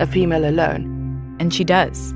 a female alone and she does.